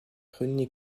rené